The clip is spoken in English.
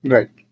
Right